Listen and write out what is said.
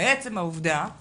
מעצם העובדה עם